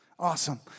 Awesome